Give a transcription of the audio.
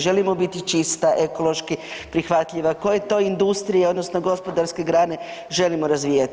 Želimo biti čista, ekološki prihvatljiva, koje to industrije odnosno gospodarske grane želimo razvijati?